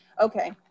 Okay